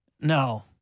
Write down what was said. No